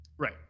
Right